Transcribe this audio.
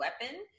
weapon